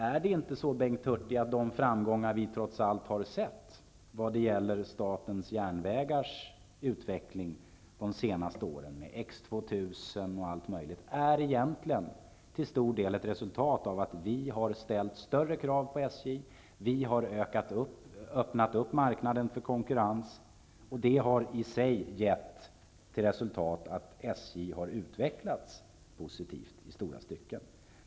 Är inte de framgångar som vi har sett när det gäller statens järnvägars utveckling under de senaste åren, t.ex. X2000 och annat, egentligen till stor del ett resultat av att vi har ställt större krav på SJ och att vi har öppnat upp marknaden för konkurrens, vilket i sig har gett till resultat att SJ i stora stycken har utvecklats positivt?